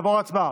נעבור להצבעה.